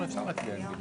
אחלה.